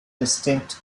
distinct